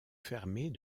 fermée